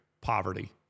poverty